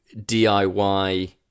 DIY